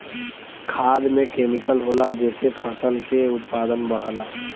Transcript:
खाद में केमिकल होला जेसे फसल के उत्पादन बढ़ला